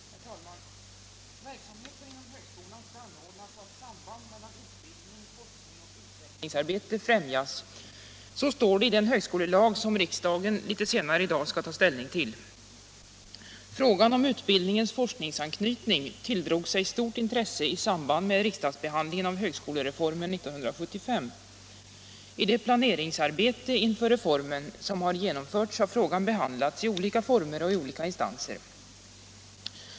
Herr talman! Verksamheten inom högskolan skall anordnas så att samband mellan utbildning, forskning och utvecklingsarbete främjas. Så står det i den högskolelag som riksdagen senare i dag skall ta ställning till. Frågan om utbildningens forskningsanknytning tilldrog sig stort intresse i samband med riksdagsbehandlingen av högskolereformen 1975. I det planeringsarbete inför reformen som har genomförts har frågan behandlats i olika former och i olika instanser.